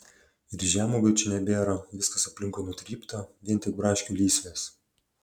ir žemuogių čia nebėra viskas aplinkui nutrypta vien tik braškių lysvės